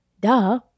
Duh